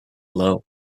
low